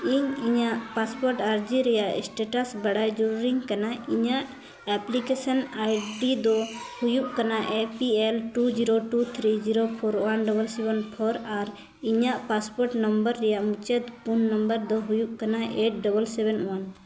ᱤᱧ ᱤᱧᱟᱹᱜ ᱯᱟᱨᱯᱳᱨᱴ ᱟᱨᱡᱤ ᱨᱮᱭᱟᱜ ᱥᱴᱮᱴᱟᱥ ᱵᱟᱲᱟᱭ ᱡᱟᱹᱨᱩᱲᱤᱧ ᱠᱟᱱᱟ ᱤᱧᱟᱹᱜ ᱮᱯᱞᱤᱠᱮᱥᱮᱱ ᱟᱭᱰᱤ ᱫᱚ ᱦᱩᱭᱩᱜ ᱠᱟᱱᱟ F B L two zero two three zero four one double seven four ᱟᱨ ᱤᱧᱟᱹᱜ ᱯᱟᱥᱯᱳᱨᱴ ᱱᱟᱢᱵᱟᱨ ᱨᱮᱭᱟᱜ ᱢᱩᱪᱟᱹᱫ ᱯᱩᱱ ᱱᱟᱢᱵᱟᱨ ᱫᱚ ᱦᱩᱭᱩᱜ ᱠᱟᱱᱟ ᱮᱭᱤᱴ ᱰᱚᱵᱚᱞ ᱥᱮᱵᱷᱮᱱ ᱚᱣᱟᱱ